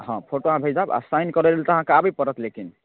हँ फोटो अहाँ भेजब आओर साइन करै लेल तऽ आबऽ पड़त लेकिन